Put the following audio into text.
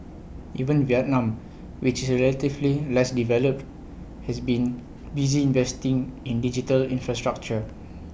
even Vietnam which is relatively less developed has been busy investing in digital infrastructure